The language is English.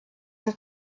the